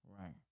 right